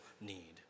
need